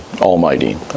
Almighty